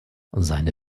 seine